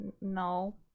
No